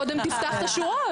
קודם תפתח את השורות.